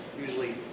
usually